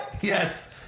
Yes